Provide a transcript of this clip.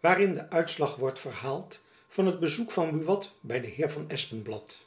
waarin de uitslag wordt verhaald van het bezoek van buat by den heer van espenblad